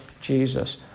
Jesus